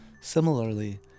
Similarly